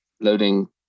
loading